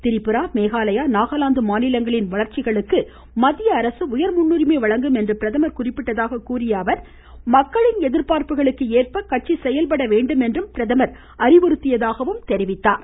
திரிபுரா மேகாலயா நாகாலாந்து மாநிலங்களின் வளர்ச்சிக்கு மத்திய அரசு உயர்முன்னுரிமை வழங்கும் என்று பிரதமர் குறிப்பிட்டதாக கூறிய அவர் மக்களின் எதிர்பார்ப்புகளுக்கு ஏற்ப கட்சி செயல்பட வேண்டும் என்று அவர் அறிவுறுத்தியதாகவும் தெரிவித்தார்